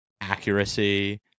accuracy